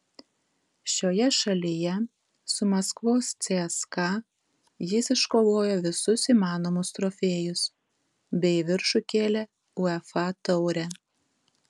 šioje šalyje su maskvos cska jis iškovojo visus įmanomus trofėjus bei į viršų kėlė uefa taurę